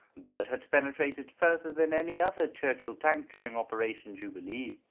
bert had penetrated further than any other churchill tank during operation jubilee.